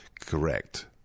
Correct